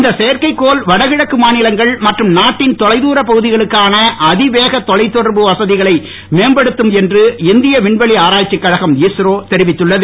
இந்த செயற்கை கோள் வடகிழக்கு மாநிலங்கள் மற்றும் நாட்டின் தொலை துர பகுதிகளுக்கான அதிவேக தொலை தொடர்பு வசதிகளை மேம்படுத்தும் என்றும் இந்திய விண்வெளி ஆராய்ச்சிக் கழகம் இஷ்ரோ தெரிவித்துள்ளது